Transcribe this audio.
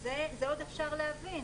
את זה עוד אפשר להבין.